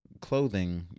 clothing